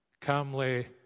calmly